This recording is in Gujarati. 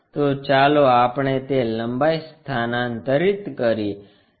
તો ચાલો આપણે તે લંબાઈ સ્થાનાંતરિત કરીએ